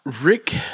Rick